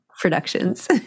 productions